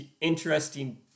interesting